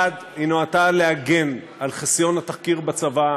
1. היא נועדה להגן על חסיון התחקיר בצבא,